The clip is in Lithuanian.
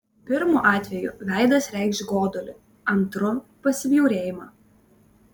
pirmu atveju veidas reikš godulį antru pasibjaurėjimą